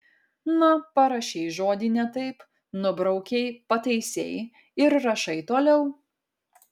na parašei žodį ne taip nubraukei pataisei ir rašai toliau